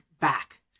back